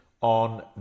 on